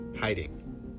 Hiding